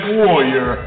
warrior